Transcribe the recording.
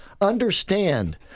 understand